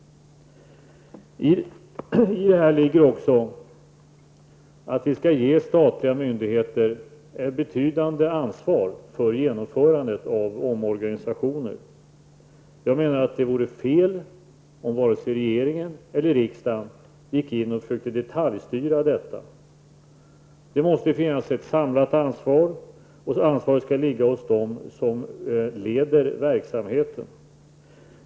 I detta ligger också att vi skall ge statliga myndigheter ett betydande ansvar för genomförandet av omorganisationer. Jag menar att det vore fel om regeringen eller riksdagen försökte detaljstyra detta. Det måste finnas ett samlat ansvar, och detta ansvar skall ligga hos dem som leder verksamheten.